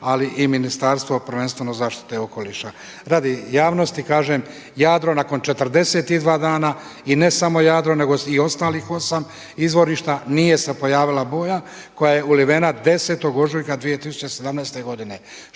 ali i Ministarstvo prvenstveno zaštite okoliša. Radi javnosti kažem Jadro nakon 42 dana i ne samo Jadro nego i ostalih 8 izvorišta nije se pojavila boja koja je ulivena 10. ožujka 2017. godine.